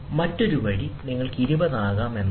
മറ്റൊരു വഴി നിങ്ങൾക്ക് 20 ആകാം എന്നതാണ്